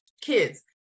kids